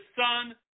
son